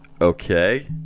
Okay